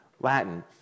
Latin